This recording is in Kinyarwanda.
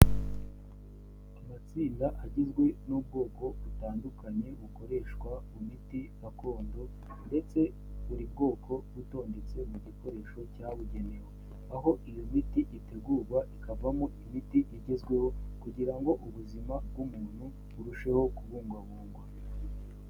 Amatsinda agizwe n'ubwoko butandukanye bukoreshwa ku miti gakondo, ndetse buri bwoko butondetse mu gikoresho cyabugenewe, aho iyo miti itegurwa ikavamo imiti igezweho, kugira ngo ubuzima bw'umuntu burusheho kubugwabungwa.